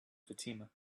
fatima